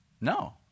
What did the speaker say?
No